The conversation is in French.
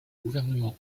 gouvernement